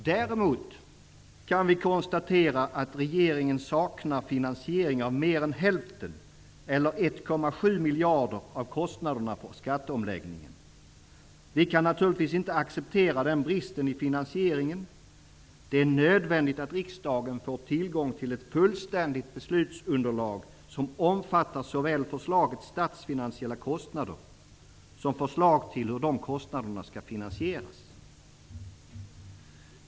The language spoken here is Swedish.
Däremot kan vi konstatera att regeringen saknar finansiering av mer än hälften, eller 1,7 miljarder, av kostnaderna för skatteomläggningen. Vi kan naturligtvis inte acceptera denna brist i finansieringen. Det är nödvändigt att riksdagen får tillgång till ett fullständigt beslutsunderlag som omfattar såväl förslagets statsfinansiella kostnader som förslag till hur de kostnaderna skall finansieras.